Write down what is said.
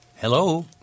Hello